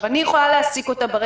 אני יכולה להעסיק אותה עכשיו,